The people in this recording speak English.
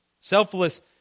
Selfless